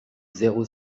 zéro